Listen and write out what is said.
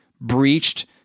breached